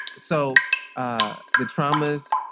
so the traumas,